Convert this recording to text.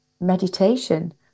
meditation